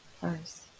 first